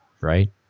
right